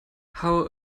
how